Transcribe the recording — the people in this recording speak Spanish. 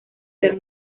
ser